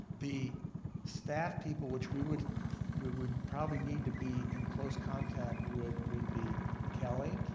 the staff people, which we would we would probably need to be in close contact would would be kelly,